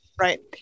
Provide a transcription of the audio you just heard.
right